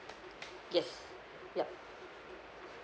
yes yup